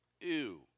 ew